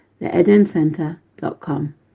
theedencenter.com